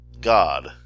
God